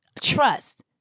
Trust